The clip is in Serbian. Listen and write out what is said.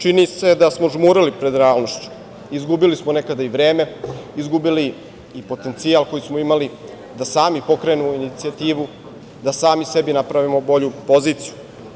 Čini se da smo žmurili pred realnošću, izgubili smo nekada i vreme, izgubili i potencijal koji smo imali da sami pokrenemo inicijativu, da sami sebi napravimo bolju poziciju.